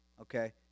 okay